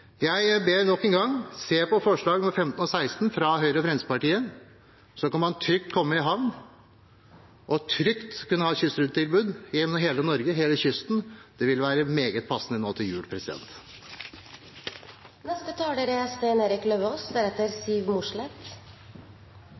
Jeg ber nok en gang: Se på forslag nr. 15 og 16, fra Høyre og Fremskrittspartiet. Så kan man trygt komme i havn og trygt kunne ha et kystrutetilbud gjennom hele Norge, langs hele kysten. Det ville være meget passende nå til jul.